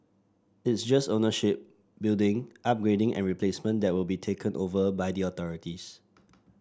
it's just ownership building upgrading and replacement that will be taken over by the authorities